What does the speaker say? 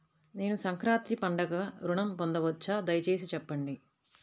నేను సంక్రాంతికి పండుగ ఋణం పొందవచ్చా? దయచేసి చెప్పండి?